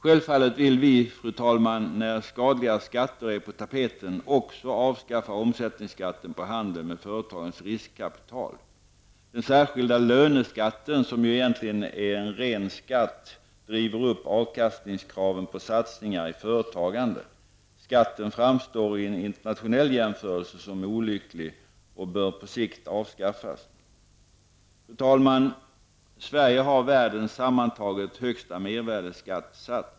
Självfallet vill vi, fru talman, när skadliga skatter är på tapeten, också avskaffa omsättningsskatten på handeln med företagens riskkapital. Den särskilda löneskatten, som ju egentligen är en ren skatt, driver upp avkastningskraven på satsningar i företagande. Skatten framstår i en internationell jämförelse som olycklig och bör på sikt avskaffas. Fru talman! Sverige har världens sammantaget högsta mervärdeskattesats.